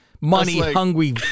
money-hungry